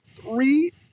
three